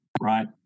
right